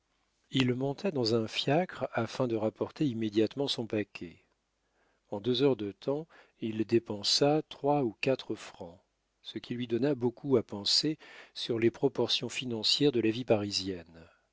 il monta dans un fiacre afin de rapporter immédiatement son paquet en deux heures de temps il dépensa trois ou quatre francs ce qui lui donna beaucoup à penser sur les proportions financières de la vie